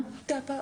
האכיפה,